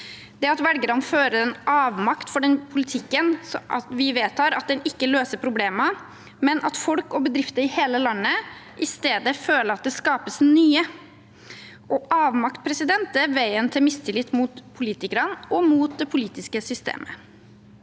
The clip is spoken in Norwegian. at velgerne føler en avmakt overfor den politikken vi vedtar, at den ikke løser problemer, men at folk og bedrifter i hele landet i stedet føler at det skapes nye, og avmakt er veien til mistillit mot politikerne og mot det politiske systemet.